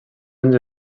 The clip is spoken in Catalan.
anys